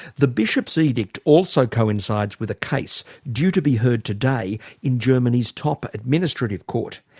the bishops' edict also coincides with a case due to be heard today in germany's top administrative court.